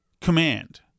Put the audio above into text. command